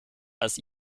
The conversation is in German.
als